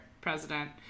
president